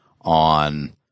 on